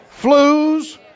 flus